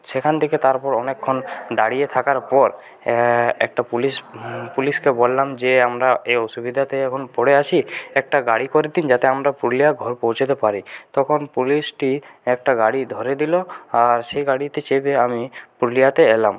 সেখান থেকে তারপর অনেকক্ষণ দাঁড়িয়ে থাকার পর একটা পুলিশ পুলিশকে বললাম যে আমরা এ অসুবিধাতে এখন পড়ে আছি একটা গাড়ি করে দিন যাতে আমরা পুরুলিয়ায় ঘরে পৌঁছতে পারি তখন পুলিশটি একটা গাড়ি ধরে দিল আর সেই গাড়িতে চেপে আমি পুরুলিয়াতে এলাম